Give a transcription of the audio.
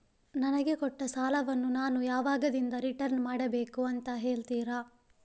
ನನಗೆ ಕೊಟ್ಟ ಸಾಲವನ್ನು ನಾನು ಯಾವಾಗದಿಂದ ರಿಟರ್ನ್ ಮಾಡಬೇಕು ಅಂತ ಹೇಳ್ತೀರಾ?